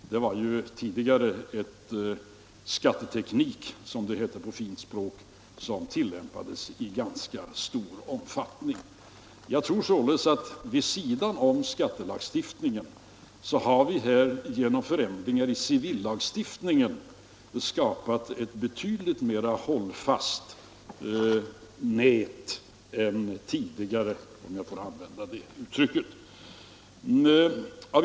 Detta var ju tidigare en skatteteknik — som det heter på fint språk — som tillämpades i ganska stor omfattning. Jag tror således att vid sidan om skattelagstiftningen har vi här genom förändringar i civillagstiftningen skapat ett betydligt mera hållfast nät, om jag får använda det uttrycket, än tidigare.